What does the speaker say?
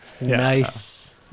Nice